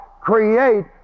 create